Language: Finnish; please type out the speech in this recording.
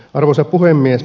arvoisa puhemies